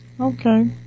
Okay